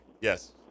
Yes